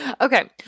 Okay